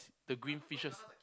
the green fishes